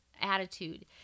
attitude